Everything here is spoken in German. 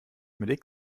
mit